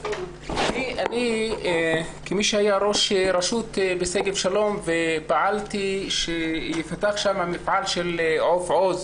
כמי שהיה ראש רשות בשגב שלום ופעלתי לפתח שם מפעל של עוף עוז,